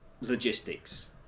logistics